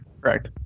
Correct